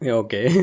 okay